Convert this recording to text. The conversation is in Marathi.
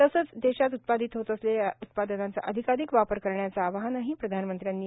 तसेच देशात उत्पादित होत असलेल्या उत्पादनांचा अधिकाधिक वापर करण्याचे आवाहन प्रधानमंत्र्यांनी केलं